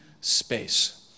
space